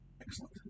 Excellent